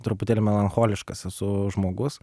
truputėlį melancholiškas esu žmogus